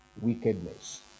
wickedness